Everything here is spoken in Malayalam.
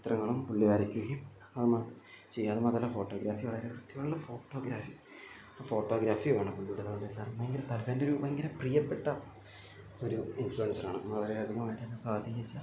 ചിത്രങ്ങളും പുള്ളി വരയ്ക്കുകയും അതിമ്മ ചെയ്യാനും അതല്ല ഫോട്ടോഗ്രാഫി വളരെ വൃത്തിയുള്ള ഫോട്ടോഗ്രാഫി അപ്പം ഫോട്ടോഗ്രാഫിയാണ് പുള്ളീടെ എന്നു പറഞ്ഞാൽ ഭയങ്കര എൻ്റെ ഒരു ഭയങ്കര പ്രിയപ്പെട്ട ഒരു ഇൻഫ്ലുവൻസറാണ് വളരെ അധികമായിട്ട് എന്നെ സ്വാധീനിച്ച